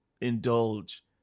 indulge